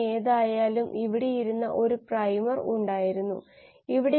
nodal കാർക്കശ്യ വിശകലനം നടത്താൻ ശ്രദ്ധ കേന്ദ്രീകരിക്കുന്നവ ഇവയാണ്